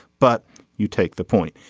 but you take the point.